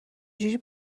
جوری